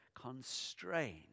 constrain